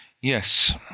Yes